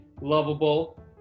lovable